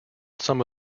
some